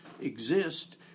exist